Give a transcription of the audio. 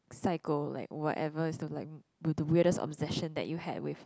psycho like whatever's the like with the weirdest obsession that you had with